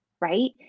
right